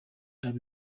byaba